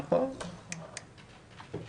בכוחנו הדל נגרום לזה שהאנשים האלה יקבלו